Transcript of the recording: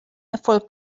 erfolg